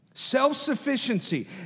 Self-sufficiency